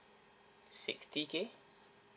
sixty K